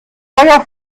feuer